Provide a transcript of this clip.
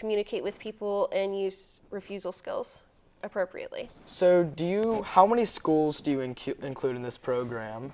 communicate with people and use refusal skills appropriately so do you how many schools doing including this program